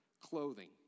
clothing